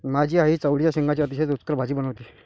माझी आई चवळीच्या शेंगांची अतिशय रुचकर भाजी बनवते